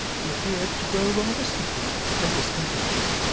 he appeared to grow rather sleepy and discontented,